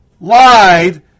lied